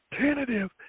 tentative